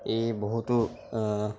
এই বহুতো